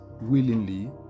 willingly